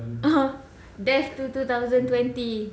(uh huh) death to two thousand twenty